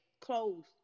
closed